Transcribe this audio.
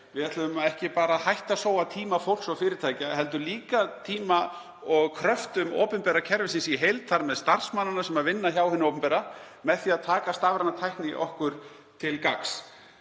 Við ætlum ekki bara að hætta að sóa tíma fólks og fyrirtækja heldur líka tíma og kröftum opinbera kerfisins í heild, þar með starfsmannanna sem vinna hjá hinu opinbera, með því að taka stafræna tækni í notkun okkur til gagns.